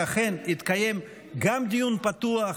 שאכן התקיים גם דיון פתוח,